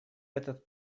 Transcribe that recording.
этот